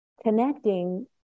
connecting